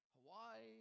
Hawaii